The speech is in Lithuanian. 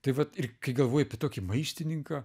taip vat ir kai galvoji apie tokį maištininką